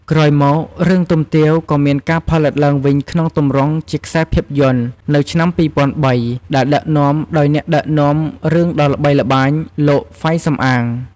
ក្រោយមក រឿងទុំទាវ ក៏មានការផលិតឡើងវិញក្នុងទម្រង់ជាខ្សែភាពយន្តនៅ ឆ្នាំ ២០០៣ ដែលដឹកនាំដោយអ្នកដឹកនាំរឿងដ៏ល្បីល្បាញ លោក ហ្វៃ សំអាង។